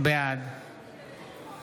בעד